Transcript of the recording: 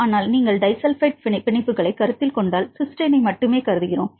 ஆனால் நீங்கள் டிஸல்பைட் பிணைப்புகளைக் கருத்தில் கொண்டால் சிஸ்டைனை மட்டுமே கருதுகிறோம்